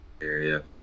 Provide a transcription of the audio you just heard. area